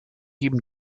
geben